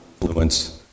influence